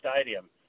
stadium